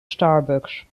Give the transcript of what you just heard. starbucks